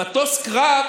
מטוס קרב,